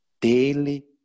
daily